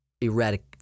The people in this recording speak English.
erratic